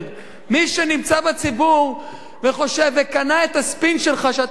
מי שנמצא בציבור וקנה את הספין שלך שאתה אימצת את